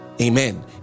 Amen